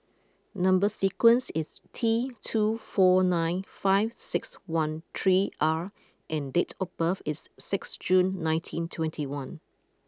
number sequence is T two four nine five six one three R and date of birth is six June nineteen twenty one